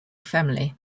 family